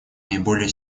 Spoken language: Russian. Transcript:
наиболее